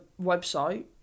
website